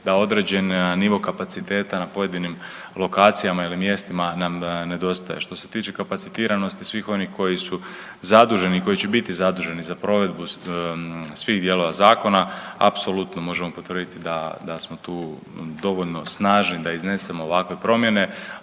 da određeni nivo kapaciteta na pojedinim lokacijama ili mjestima nam nedostaje. Što se tiče kapacitiranosti svih onih koji su zaduženi i koji će biti zaduženi za provedbu svih dijelova zakona, apsolutno možemo potvrditi da smo tu dovoljno snažni da iznesemo ovakve promjene,